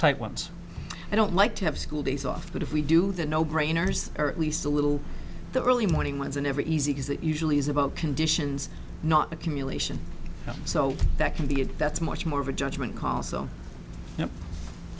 type ones i don't like to have school days off but if we do the no brainers or at least a little the early morning ones and every easy is that usually is about conditions not accumulation so that can be good that's much more of a judgment call so